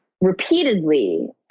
repeatedly